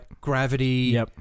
gravity